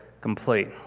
complete